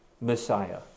Messiah